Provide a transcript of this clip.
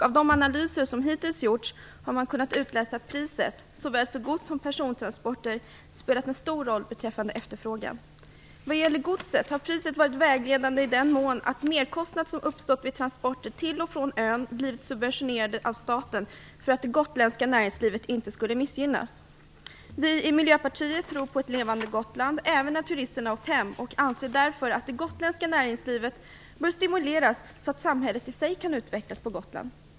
Av de analyser som hittills gjorts har man kunnat utläsa att priset såväl på gods som på persontransporter spelat en stor roll för efterfrågan. Vad gäller godset har priset varit vägledande i så måtto att merkostnader som uppstått vid transporter till och från ön blivit subventionerade av staten för att det gotländska näringslivet inte skulle missgynnas. Vi i Miljöpartiet tror på ett levande Gotland även när turisterna har åkt hem och anser därför att det gotländska näringslivet bör stimuleras, så att det gotländska samhället i sin helhet kan utvecklas.